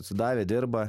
atsidavę dirba